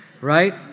right